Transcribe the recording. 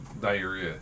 diarrhea